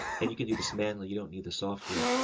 and you can do this manly. you don't need the software.